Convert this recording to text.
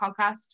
podcast